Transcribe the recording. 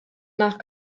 nach